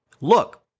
look